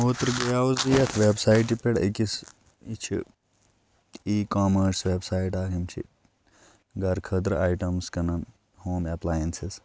اوترٕ گٔیوس بہٕ یَتھ وٮ۪بسایٹہِ پٮ۪ٹھ أکِس یہِ چھِ ای کامٲرٕس وٮ۪بسایِٹ اَکھ یِم چھِ گَرٕ خٲطرٕ آیٹَمٕز کٕنان ہوم اٮ۪پلاینسِز